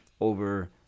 over